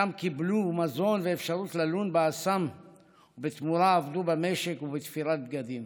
ושם קיבלו מזון ואפשרות ללון באסם ובתמורה עבדו במשק ובתפירת בגדים.